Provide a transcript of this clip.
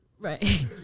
Right